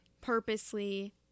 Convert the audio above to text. purposely